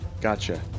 Gotcha